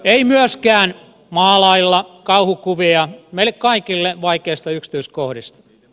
ei myöskään maalailla kauhukuvia meille kaikille vaikeista yksityiskohdista